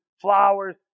flowers